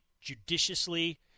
judiciously